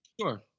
Sure